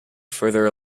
further